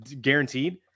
guaranteed